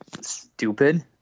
Stupid